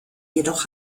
jedoch